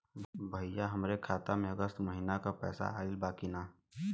भईया हमरे खाता में अगस्त महीना क पैसा आईल बा की ना?